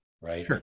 right